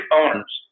owners